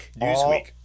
Newsweek